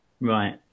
right